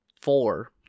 four